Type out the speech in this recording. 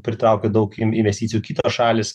pritraukė daug investicijų kitos šalys